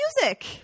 music